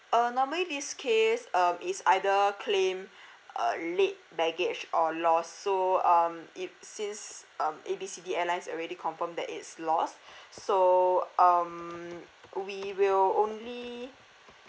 uh normally this case um is either claim a late baggage or lost so um it since um A B C D airlines already confirmed that it's lost so um we will only